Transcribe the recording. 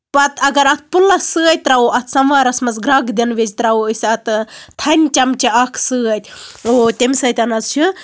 پَتہٕ اَگر اَتھ پٔلَس سۭتۍ تراوو اَتھ سَموارَس منٛز گرٮ۪کھ دِنہٕ وِزِ تراوو أسۍ اَتھ تھنہِ چَمچہٕ اکھ سۭتۍ او تَمہِ سۭتۍ ہن حظ چھِ